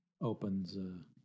opens